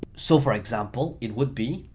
so for example, it would be,